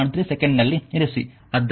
3 second ನಲ್ಲಿ ಇರಿಸಿ